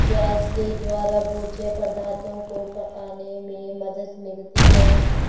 gas के द्वारा भोज्य पदार्थो को पकाने में मदद मिलती है